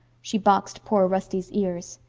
she boxed poor rusty's ears.